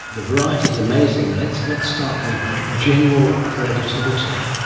the variety is amazing. let's let's start with general relativity.